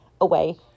away